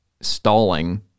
stalling